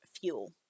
fuel